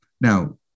Now